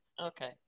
Okay